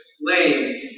lame